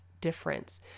difference